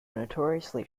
notoriously